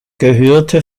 gehörte